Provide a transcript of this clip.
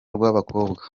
rw’abakobwa